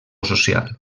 social